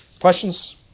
Questions